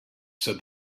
said